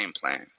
plan